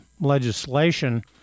legislation